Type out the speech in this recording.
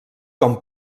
com